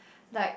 like